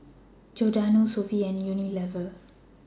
Giordano Sofy and Unilever